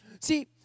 See